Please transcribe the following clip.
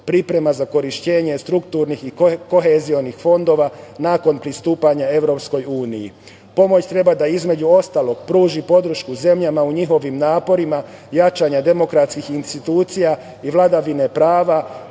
priprema za korišćenje strukturnih i kohezionih fondova nakon pristupanja EU.Pomoć treba između ostalog da pruži podršku zemljama u njihovim naporima jačanja demokratskih institucija i vladavine prava,